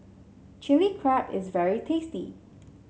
Chili Crab is very tasty